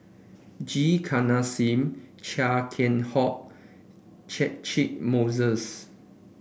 G Kandasamy Chia Keng Hock Catchick Moses